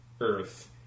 Earth